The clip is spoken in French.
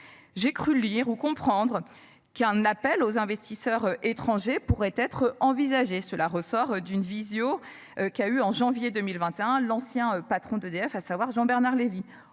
J'ai cru lire ou comprendre qu'un appel aux investisseurs étrangers pourraient être envisagées. Cela ressort d'une visio-qu'a eu en janvier 2021, l'ancien patron d'EDF, à savoir Jean-Bernard Lévy